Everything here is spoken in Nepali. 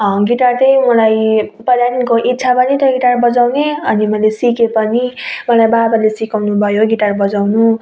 गिटार चाहिँ मलाई पहिला देखिको इच्छा पनि थियो गिटार बजाउने अनि मैले सिकेँ पनि मलाई बाबाले सिकाउनु भयो गिटार बजाउनु